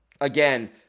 again